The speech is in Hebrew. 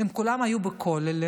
הם כולם היו בכוללים,